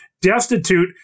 destitute